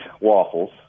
waffles